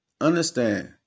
understand